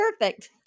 perfect